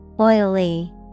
Oily